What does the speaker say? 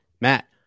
Matt